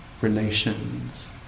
relations